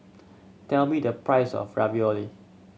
tell me the price of Ravioli